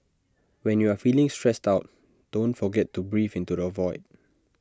when you are feeling stressed out don't forget to breathe into the void